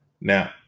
now